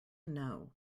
know